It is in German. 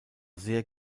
sehr